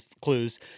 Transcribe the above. clues